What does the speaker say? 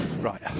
Right